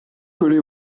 collé